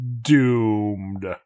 doomed